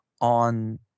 on